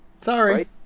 Sorry